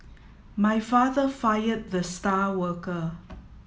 my father fired the star worker